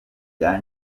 bya